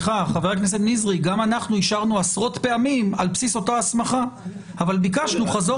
גם אנחנו אישרנו עשרות פעמים על בסיס אותה הסמכה אבל ביקשנו חזור